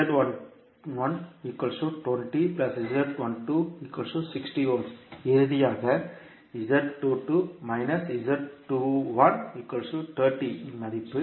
இறுதியாக இன் மதிப்பு